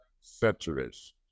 centuries